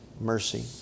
mercy